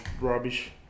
rubbish